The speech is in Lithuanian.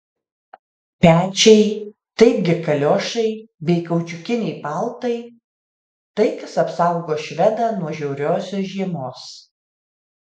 pečiai taipgi kaliošai bei kaučiukiniai paltai tai kas apsaugo švedą nuo žiauriosios žiemos